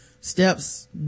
steps